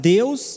Deus